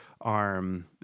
arm